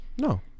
no